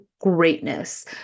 greatness